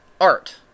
art